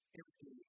empty